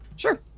Sure